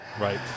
right